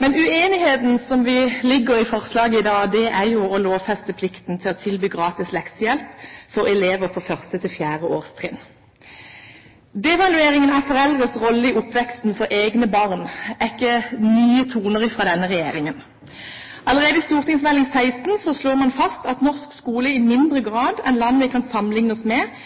Men uenigheten som ligger i forslaget i dag, er jo å lovfeste plikten til å tilby gratis leksehjelp for elever på 1.–4. årstrinn. Devalueringen av foreldrenes rolle i oppveksten til egne barn er ikke nye toner fra denne regjeringen. Allerede i St.meld. nr. 16 for 2006–2007 slår man fast at norsk skole i mindre grad enn skolen i land vi kan sammenligne oss med,